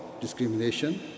discrimination